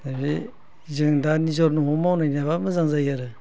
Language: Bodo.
बिदि जों दा निजेनि न'आव मावना जाबा मोजां जायो आरो